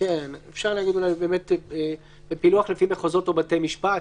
אפשר להגיד "בפילוח לפי מחוזות או בתי משפט".